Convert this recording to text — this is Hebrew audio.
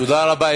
תודה רבה.